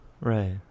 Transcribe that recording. Right